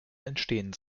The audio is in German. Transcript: entstehen